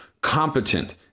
competent